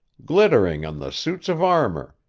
glittering on the suits of armor,